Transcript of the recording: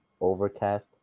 Overcast